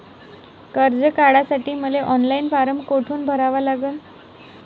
कर्ज काढासाठी मले ऑनलाईन फारम कोठून भरावा लागन?